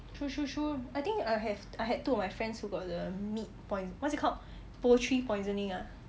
true true true I think I have I had two of my friends who got the meat poi~ what's it called poultry poisoning ah